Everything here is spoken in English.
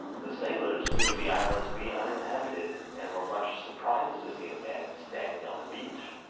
the sailors knew the island to be uninhabited, and were much surprised to see a man standing on the beach,